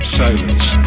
silence